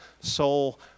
soul